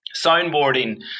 soundboarding